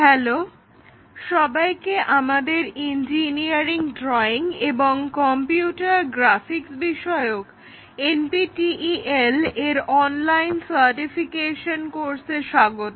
hello সবাইকে আমাদের engineering drawing এবং কম্পিউটার গ্রাফিক্স বিষয়ক NPTEL এর অনলাইন সার্টিফিকেশন কোর্সে স্বাগত